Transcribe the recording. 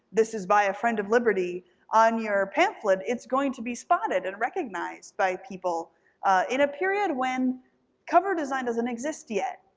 this is by a friend of liberty on your pamphlet, it's going to be spotted and recognized by people in a period when cover design doesn't exist yet.